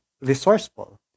resourceful